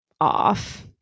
off